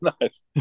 Nice